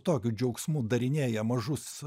tokiu džiaugsmu darinėja mažus